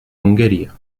ungheria